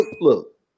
Look